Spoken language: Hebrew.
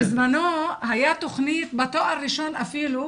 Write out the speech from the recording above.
בזמנו הייתה תוכנית בתואר ראשון אפילו,